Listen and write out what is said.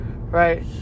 right